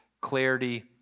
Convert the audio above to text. clarity